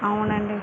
అవునండి